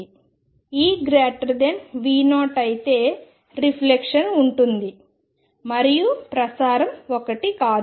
E V0 అయితే reflection వుంటుంది ప్రతిబింబిస్తుంది మరియు ప్రసారం 1 కాదు